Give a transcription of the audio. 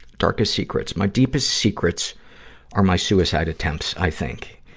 darkest secrets my deepest secrets are my suicide attempts, i think.